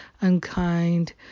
unkind